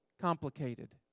complicated